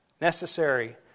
necessary